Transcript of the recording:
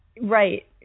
right